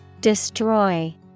Destroy